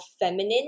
feminine